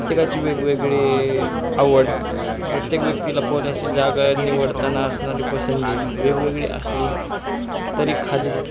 प्रत्येकाची वेगवेगळी आवड प्रत्येक व्यक्तीला पोहण्याची जागा निवडताना असणारी पसंती वेगवेगळी असली तरी खाली